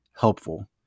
helpful